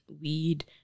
weed